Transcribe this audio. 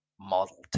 model